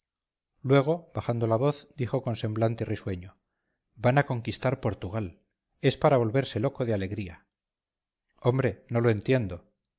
luego bajando la voz dijo con semblante risueño van a conquistar a portugal es para volverse loco de alegría hombre no lo entiendo